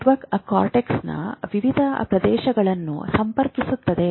network ಕಾರ್ಟೆಕ್ಸ್ನ ವಿವಿಧ ಪ್ರದೇಶಗಳನ್ನು ಸಂಪರ್ಕಿಸುತ್ತದೆ